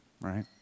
right